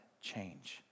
change